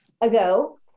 ago